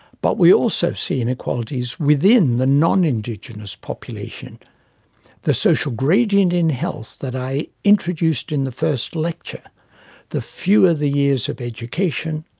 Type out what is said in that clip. but we also see inequalities within the non-indigenous population the social gradient in health that i introduced in the first lecture the fewer the years of education,